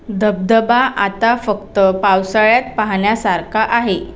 धबधबा आता फक्त पावसाळ्यात पाहण्यासारखा आहे